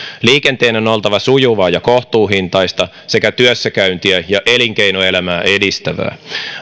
liikenteen on oltava sujuvaa ja kohtuuhintaista sekä työssäkäyntiä ja elinkeinoelämää edistävää